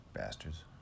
Bastards